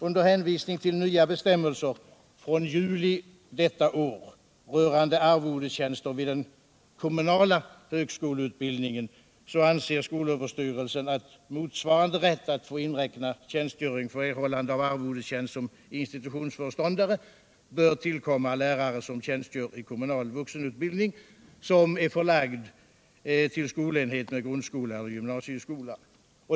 Under hänvisning till nya bestämmelser från juli i år rörande arvodestjänster i den kommunala högskoleutbildningen säger skolöverstyrelsen att motsvarande rätt att få inräkna tjänstgöring för erhållande av arvodestjänst som institutionsföreståndare bör tillkomma lärare som tjänstgör i kommunal vuxenutbildning som är förlagd till skolenhet med grundskola eller gymnasieskola.